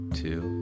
two